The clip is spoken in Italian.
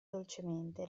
dolcemente